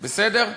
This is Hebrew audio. בסדר?